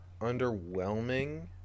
underwhelming